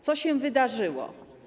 Co się wydarzyło?